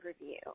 review